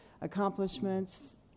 accomplishments